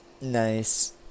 Nice